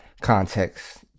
context